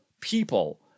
people